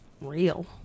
real